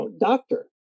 doctor